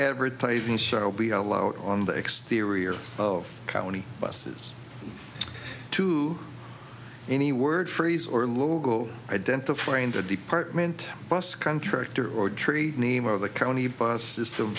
advertising shall be allowed on the exterior of county buses to any word phrase or logo identifying the department bus contractor or tree name of the county bus system